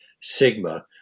Sigma